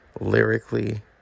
lyrically